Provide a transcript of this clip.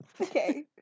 Okay